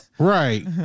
right